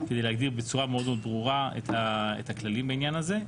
כדי להגדיר בצורה מאוד ברורה את הכללים בעניין הזה.